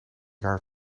jaar